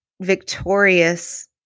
Victorious